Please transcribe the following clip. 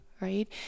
right